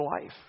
life